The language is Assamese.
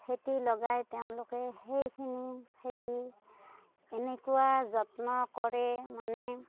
খেতি লগাই তেওঁলোকে সেইখিনি খেতি এনেকুৱা যত্ন কৰে মানে